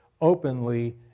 openly